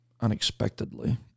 unexpectedly